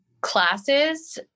classes